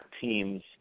teams